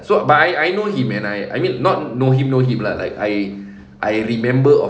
so but I I know him and I I mean not know him know him lah like I I remember of